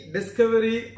Discovery